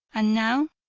and now,